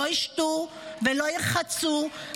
לא ישתו ולא ירחצו,